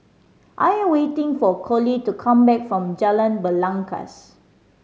I am waiting for Colie to come back from Jalan Belangkas